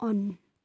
on